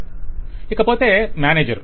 client ఇకపొతే manager